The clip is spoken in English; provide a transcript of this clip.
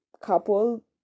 couple